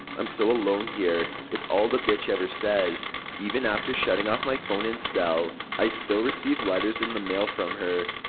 i'm so alone here. is all the bitch ever says. even after shutting off my phone and cell, i still received letters in the mail from her.